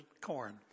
corn